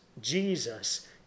Jesus